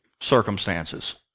circumstances